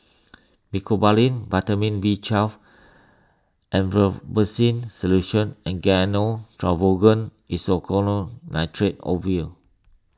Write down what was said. Mecobalamin Vitamin B twelve Erythroymycin Solution and Gyno Travogen Isoconazole Nitrate Ovule